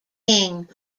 king